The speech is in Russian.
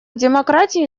демократии